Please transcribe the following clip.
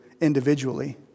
individually